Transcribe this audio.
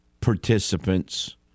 participants